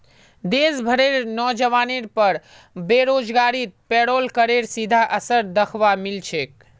देश भरेर नोजवानेर पर बेरोजगारीत पेरोल करेर सीधा असर दख्वा मिल छेक